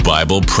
Bible